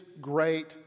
great